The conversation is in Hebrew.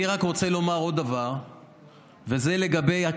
אני רק רוצה לומר עוד דבר וזה לגבי,